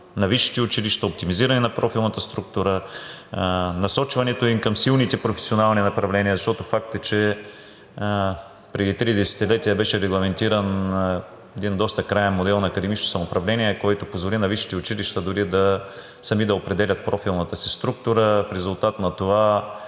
на висшите училища, оптимизиране на профилната структура, насочването ѝ към силните професионални направления. Защото е факт, че преди три десетилетия беше регламентиран един доста краен модел на академично самоуправление, който позволи на висшите училища дори сами да определят профилната си структура. В резултат на това